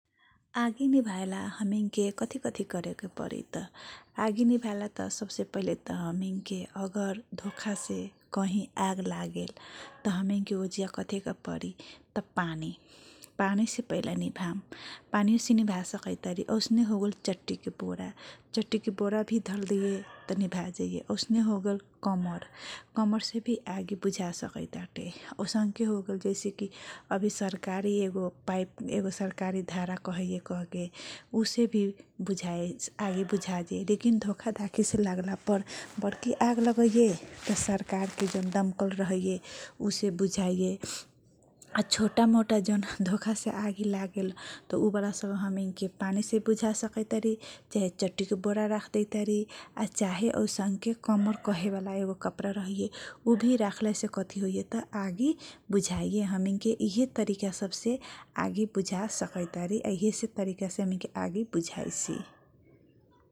आगी निभाइला हामी के कथी करेके परित आगी निभाएला त सबसे पहिले त हामी के अगर धोखा से कही आग लागेल त हामी के कथी करेके परी त पानी से पहिला निभाएकी चाहि पानी से निभासकै तारी औसने हो गेल चट्टी के बोरा धर्दिए त निभा जाइए औसने हो गेल कमर कमर् भी आगी बुझा जाइए सकयिता औसांख्य हो गेल जैसे कि अभिभी सरकारी पाइप होगेल या सरकारी धारा कह के भुझा जाइए लेकिन धोखा धाखी से लाग्ला पर बर्की आग लगाइए सरकारके जन दमकल रहिए बुझाइए। छोटा मोटा धोखा से आगी लागेल को वाला सब हमिङके पानी से बुझारी चाहे चट्टीके बोरा से राखे के परी चाहे असंख्य कमर कहेवाला एगो काप्रा रहगे उभी से राख्ला से कथ्री होइ त आगी बुझाई तरिका सबसे आगी बुझा सकैतारी इहे तरिका से हमिंग के आगी बुझाइसी ।